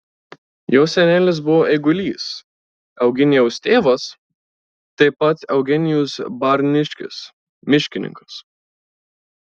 jo senelis buvo eigulys eugenijaus tėvas taip pat eugenijus barniškis miškininkas